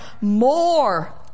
more